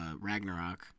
Ragnarok